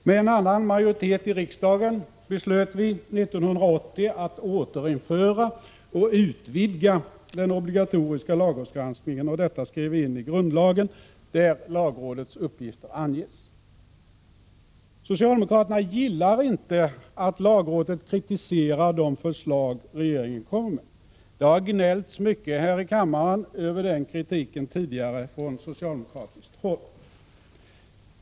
Med en annan majoritet i riksdagen beslöt riksdagen 1980 att återinföra och vidga den obligatoriska lagrådsgranskningen. Detta skrev vi in i grundlagen, där lagrådets uppgifter anges. Socialdemokraterna gillar inte att lagrådet kritiserar de förslag som regeringen kommer med. Det har från socialdemokratiskt håll gnällts mycket över den kritiken tidigare här i kammaren.